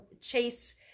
Chase